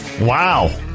Wow